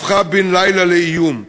הפך בן-לילה לאיום.